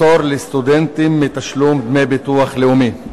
פטור לסטודנטים מתשלום דמי ביטוח לאומי).